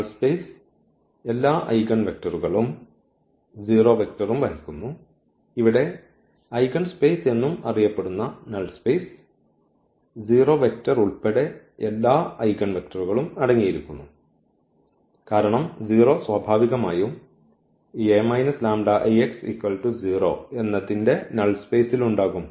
null space എല്ലാ eigen വെക്ടറുകളും ഉം 0 വെക്റ്ററും വഹിക്കുന്നു ഇവിടെ ഐഗൺസ്പേസ് എന്നും അറിയപ്പെടുന്ന നൾ സ്പേസ് 0 വെക്റ്റർ ഉൾപ്പെടെ എല്ലാ ഐഗൺവെക്ടറുകളും അടങ്ങിയിരിക്കുന്നു കാരണം 0 സ്വാഭാവികമായും ഈ എന്നതിന്റെ നൾ സ്പേസ്ൽ ഉണ്ടാകും